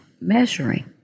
measuring